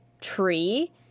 tree